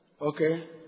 Okay